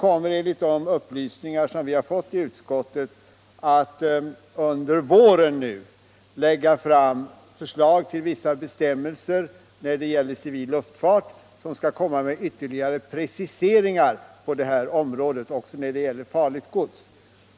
Och enligt de upplysningar som vi har fått i utskottet kommer den att i vår lägga fram förslag till vissa bestämmelser för civil luftfart, där det görs ytterligare preciseringar på detta område också när det gäller farlig last.